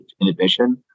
inhibition